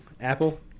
Apple